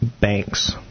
banks